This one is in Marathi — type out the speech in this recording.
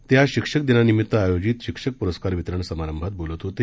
ते आज शिक्षक दिनानिमित्त आयोजित शिक्षक पुरस्कार वितरण समारंभात बोलत होते